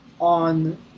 on